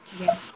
Yes